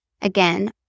again